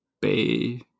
Bay